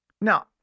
Now